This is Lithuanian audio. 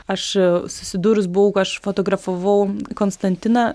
aš susidūrus buvau ka aš fotografavau konstantiną